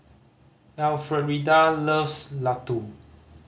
Elfrieda loves laddu